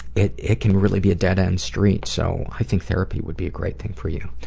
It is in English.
it it can really be a dead end street. so i think therapy would be a great thing for you.